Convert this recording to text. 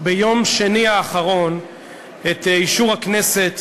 ביום שני האחרון את אישור הכנסת